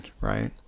right